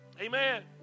Amen